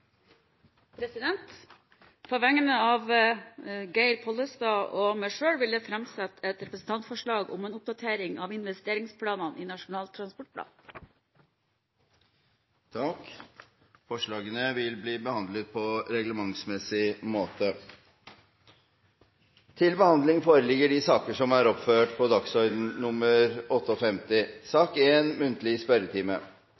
På vegne av representanten Geir Pollestad og meg selv vil jeg framsette et representantforslag om en oppdatering av investeringsplanene i Nasjonal transportplan. Forslagene vil bli behandlet på reglementsmessig måte.